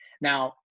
Now